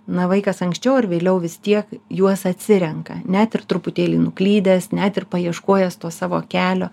na vaikas anksčiau ar vėliau vis tiek juos atsirenka net ir truputėlį nuklydęs net ir paieškojęs to savo kelio